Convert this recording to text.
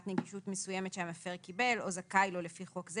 נגישות מסוימת שהמפר קיבל או זכאי לו לפי חוק זה